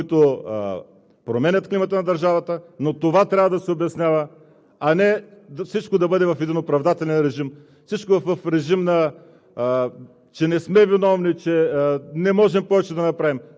Естествено е, че има и определени циклични промени в климата, които променят климата на държавата, но това трябва да се обяснява, а не всичко да бъде в един оправдателен режим, всичко в режим,